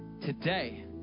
Today